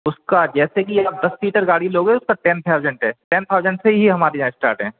उसका जैसे कि आप दस सीटर गाड़ी लोगे उसका टेन थाउज़ेट है टेन थाउज़ेट से ही हमारे यहाँ इस्टार्ट है